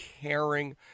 caring